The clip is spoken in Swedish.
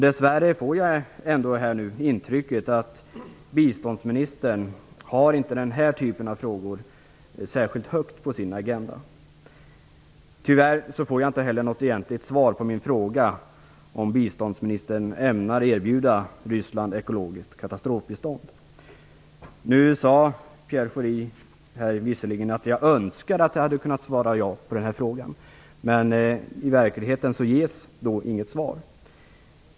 Dess värre får jag här nu intrycket att biståndsministern inte har dessa frågor särskilt högt på sin agenda. Tyvärr får jag inte heller något egentligt svar på min fråga om biståndsministern ämnar erbjuda Ryssland ekologiskt katastrofbistånd. Nu sade Pierre Schori här visserligen att han önskade att han hade kunnat svara ja på den frågan. Men i verkligheten ges inget svar.